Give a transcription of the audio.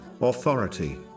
authority